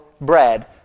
bread